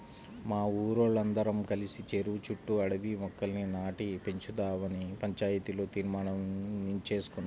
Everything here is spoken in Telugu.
మా ఊరోల్లందరం కలిసి చెరువు చుట్టూ అడవి మొక్కల్ని నాటి పెంచుదావని పంచాయతీలో తీర్మానించేసుకున్నాం